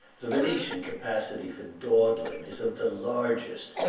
the venetian capacity for dawdling is of the largest,